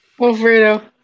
Alfredo